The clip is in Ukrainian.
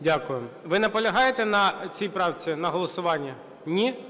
Дякую. Ви наполягаєте на цій правці, на голосуванні? Ні?